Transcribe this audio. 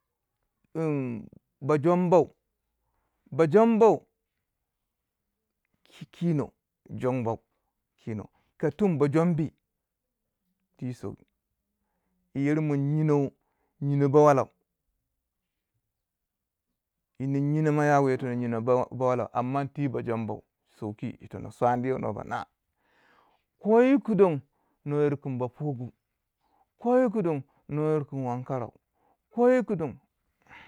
ba jombau ba jombau kino ka tum ba jumbi, ti sowi yi ir min nyino nyino bawalau yinin nyin yino ba bawalau am man ti ba jombwi sauki yi tono swani yo nwo ba na koyiku don nuwa yir kun ba pugu ko yikudon no yir kin wankarua koyi ku don.